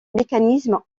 mécanismes